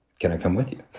can i come with you?